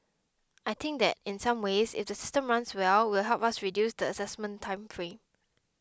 I think that in some ways if the system runs well will help us reduce the assessment time frame